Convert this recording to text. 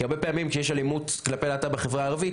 כי הרבה פעמים כשיש אלימות כלפי להט"ב בחברה הערבית,